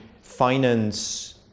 finance